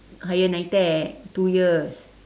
higher NITEC two years